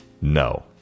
No